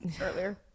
earlier